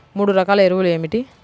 మూడు రకాల ఎరువులు ఏమిటి?